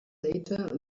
later